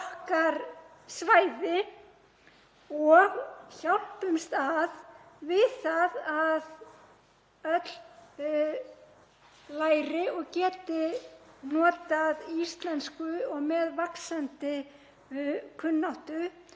okkar svæði og hjálpumst að við að öll læri og geti notað íslensku, og með vaxandi kunnáttu.